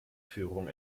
führung